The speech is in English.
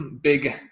big